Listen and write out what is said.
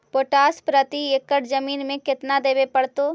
Potash प्रति एकड़ जमीन में केतना देबे पड़तै?